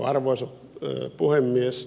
arvoisa puhemies